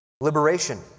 liberation